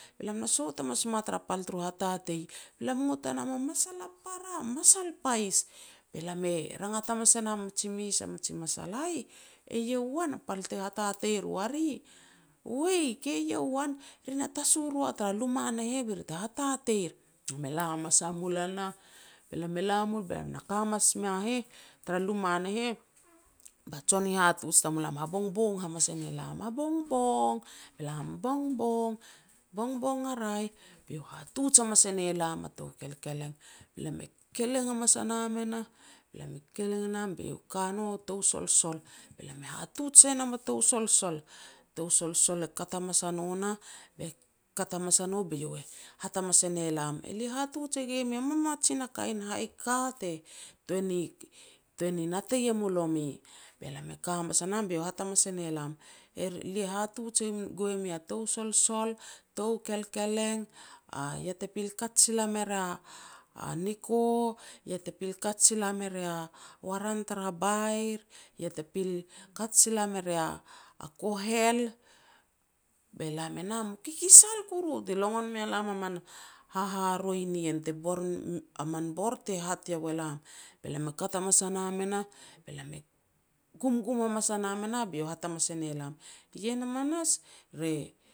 be lam na sot hamas mua tara pal tur hatatei, be lam e ngot e nam a masal a para, masal pais. Be lam e rangat hamas e nam a miji mes a mij masal, "Aih, eiau an a pal te hatatei ru a ri", "Wei, ke iau an, ri na tasu ru a tara luma ne heh be ri te hatateir." Be lam e la hamas a mul e nah, be lam e la mul be lam na ka hamas mua heh, tara luma ne heh, ba jon hihatuj tamulam habongbong hamas e ne lam, "Bongbong", be lam "Bongbong, bongbong a raeh." Be iau hatuj hamas e ne lam a tou kelkeleng, be lam e keleng hamas a nam e nah, be lam e keleng e nam, be iau ka no tou solsol. Be lam e hatuj sai nam a tou solsol, tou solsol e ka hamas a no nah, be kat hamas a no be hat hamas e ne lam, "Lia hatuj e gue mi a mamajin a hai ka te tuan ni-tuan ni natei mu lomi. Be lam e ka hamas a nam be iau e hat hamas e ne lam, "Lia hatuj e gue mi a tou solsol, tou kelkeleng, ia te pil kat sila me ria niko, ia te pil kat sila me ria waran tara bair, ia te pil kat sila me ria kohel, be lam e nah mu kikisal kuru ti longon mea lam a man haharoi nien te bor a min bor te hat iau e lam. Be lam e kat hamas a nam e nah, be lam e gumgum hamas a nam e nah, be hat hamanas e ne lam, ien hamanas re